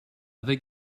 think